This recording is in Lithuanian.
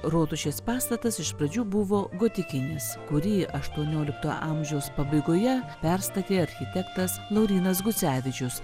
rotušės pastatas iš pradžių buvo gotikinis kurį aštuoniolikto amžiaus pabaigoje perstatė architektas laurynas gucevičius